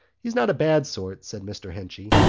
he's not a bad sort, said mr. henchy,